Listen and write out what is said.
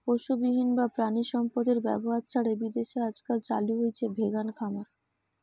পশুবিহীন বা প্রাণিসম্পদএর ব্যবহার ছাড়াই বিদেশে আজকাল চালু হইচে ভেগান খামার